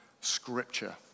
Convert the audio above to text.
Scripture